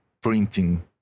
printing